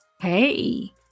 Hey